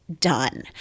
done